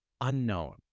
unknown